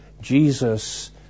Jesus